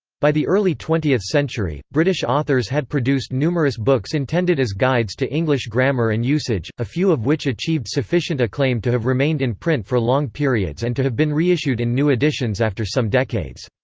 by the early twentieth century, british authors had produced numerous books intended as guides to english grammar and usage, a few of which achieved sufficient acclaim to have remained in print for long periods and to have been reissued in new editions after some decades.